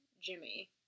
Jimmy